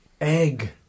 Egg